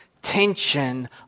tension